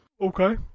Okay